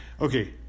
Okay